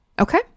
Okay